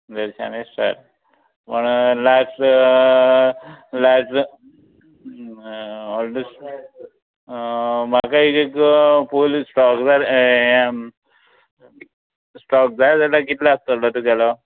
देडशांनी start पण last last म्हाका एक एक फूल स्टॉक जाय स्टोक जाय जाल्या कितलो आसतलो तुगेलो